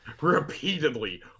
Repeatedly